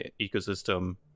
ecosystem